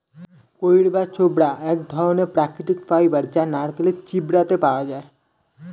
কইর বা ছোবড়া এক ধরণের প্রাকৃতিক ফাইবার যেটা নারকেলের ছিবড়েতে পাওয়া যায়